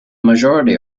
majority